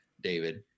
David